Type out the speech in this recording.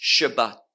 Shabbat